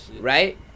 right